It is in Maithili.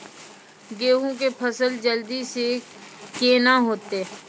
गेहूँ के फसल जल्दी से के ना होते?